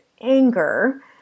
anger